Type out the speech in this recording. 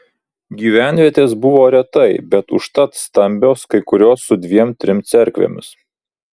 gyvenvietės buvo retai bet užtat stambios kai kurios su dviem trim cerkvėmis